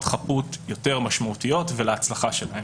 חפות יותר משמעותיות ולהצלחה שלהן.